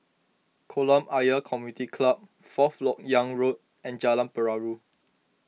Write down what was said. Kolam Ayer Community Club Fourth Lok Yang Road and Jalan Perahu